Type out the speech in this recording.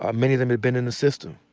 ah many of them had been in the system.